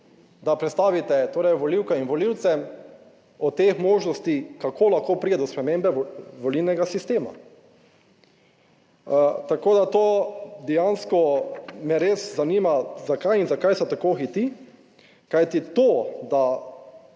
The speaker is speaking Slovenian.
da predstavite torej volivkam in volivcem od teh možnosti kako lahko pride do spremembe volilnega sistema. Tako, da to dejansko me res zanima zakaj in zakaj se tako hiti. Kajti to, da